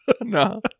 No